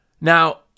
Now